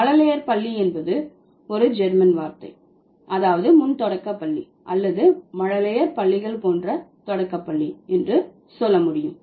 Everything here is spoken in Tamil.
மழலையர் பள்ளி என்பது ஒரு ஜெர்மன் வார்த்தை அதாவது முன் தொடக்க பள்ளி அல்லது மழலையர் பள்ளிகள் போன்ற தொடக்கப் பள்ளி என்று சொல்ல முடியும்